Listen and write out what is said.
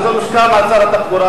זה מוסכם על שר התחבורה.